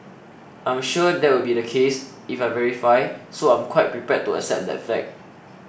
I'm sure that will be the case if I verify so I'm quite prepared to accept that fact